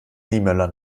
niemöller